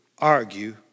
argue